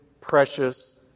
precious